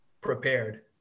prepared